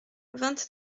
vingt